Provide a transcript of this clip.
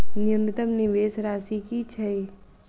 न्यूनतम निवेश राशि की छई?